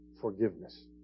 forgiveness